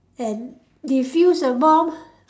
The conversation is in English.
and defuse the bomb